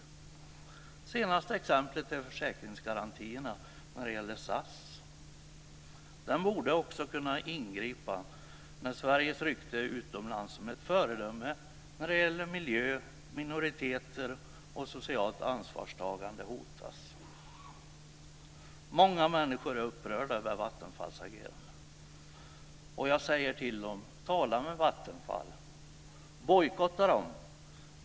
Det senaste exemplet är försäkringsgarantierna när det gäller SAS. Den borde också kunna ingripa när Sveriges rykte utomlands som ett föredöme när det gäller miljö, minoriteter och socialt ansvarstagande hotas. Många människor är upprörda över Vattenfalls agerande. Jag säger till dem: Tala med Vattenfall! Bojkotta Vattenfall!